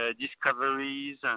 discoveries